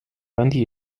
软体